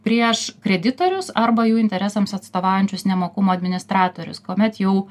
prieš kreditorius arba jų interesams atstovaujančius nemokumo administratorius kuomet jau